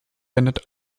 wendet